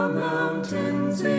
mountains